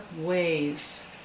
ways